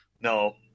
No